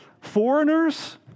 foreigners